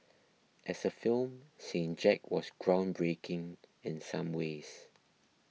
as a film Saint Jack was groundbreaking in some ways